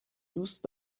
دوست